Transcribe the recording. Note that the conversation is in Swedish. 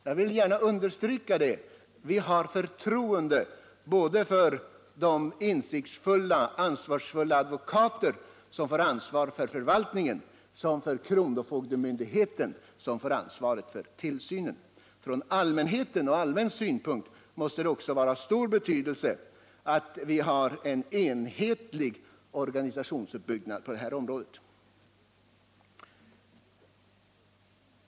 Jag vill gärna understryka att vi har förtroende såväl för de insiktsfulla och ansvarsfulla advokater som får ansvaret för förvaltningen som för kronofogdemyndigheten som får ansvaret för tillsynen. För allmänheten måste det också vara av stor betydelse att vi har en enhetlig organisatorisk uppbyggnad på det här området.